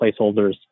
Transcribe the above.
placeholders